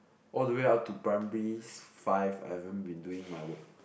all the way up to primary five I haven't been doing my work